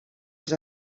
els